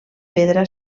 pedra